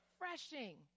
refreshing